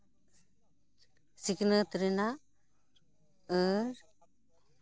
ᱥᱤᱠᱷᱱᱟᱹᱛ ᱨᱮᱱᱟᱜ ᱟᱨ